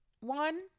one